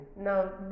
Now